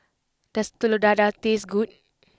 does Telur Dadah taste good